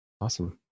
Awesome